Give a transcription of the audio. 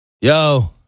Yo